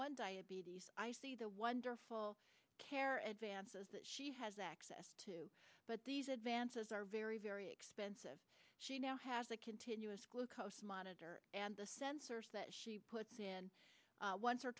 one diabetes i see the wonderful care at vance's that she has access to but these advances are very very expensive she now has a continuous glucose monitor and the sensors that she puts in